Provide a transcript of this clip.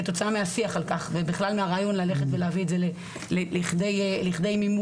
כתוצאה מהשיח על כך וכבכלל הרעיון ללכת ולהביא את זה לכדי מימוש